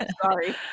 sorry